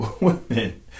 women